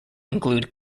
include